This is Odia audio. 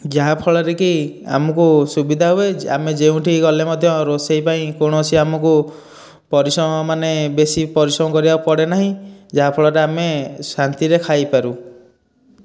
ଯାହାଫଳରେ କି ଆମକୁ ସୁବିଧା ହୁଏ ଆମେ ଯେଉଁଠିକି ଗଲେ ବି ରୋଷେଇ ପାଇଁ କୌଣସି ଆମକୁ ପରିଶ୍ରମ ମାନେ ବେଶି ପରିଶ୍ରମ କରିବାକୁ ପଡ଼େ ନାହିଁ ଯାହାଫଳରେ ଆମେ ଶାନ୍ତିରେ ଖାଇପାରୁ